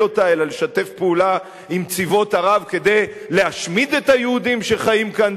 אותה אלא לשתף פעולה עם צבאות ערב כדי להשמיד את היהודים שחיים כאן,